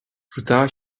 rzucała